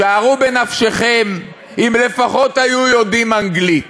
שערו בנפשכם, אם לפחות היו יודעים אנגלית,